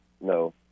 no